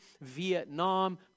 Vietnam